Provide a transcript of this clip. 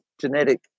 genetic